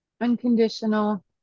unconditional